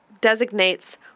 designates